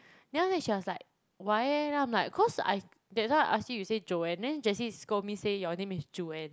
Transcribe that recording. then after that she was like why eh then I'm like cause I that time I ask you you say Joanne then Jessie scold me say your name is Juan